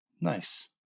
Nice